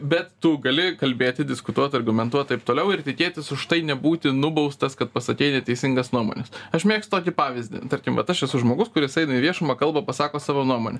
bet tu gali kalbėti diskutuot argumentuot taip toliau ir tikėtis už tai nebūti nubaustas kad pasakei neteisingas nuomones aš mėgstu tokį pavyzdį tarkim vat aš esu žmogus kuris eina į viešumą kalba pasako savo nuomonę